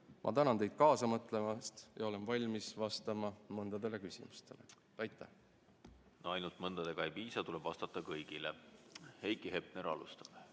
Ma tänan teid kaasa mõtlemast ja olen valmis vastama mõnele küsimusele. Aitäh! Ainult mõnest ei piisa, tuleb vastata kõigile. Heiki Hepner alustab.